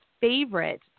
favorite